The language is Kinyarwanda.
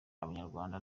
abanyarwanda